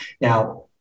Now